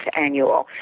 annual